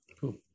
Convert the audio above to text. Cool